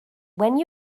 when